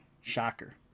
Shocker